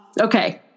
Okay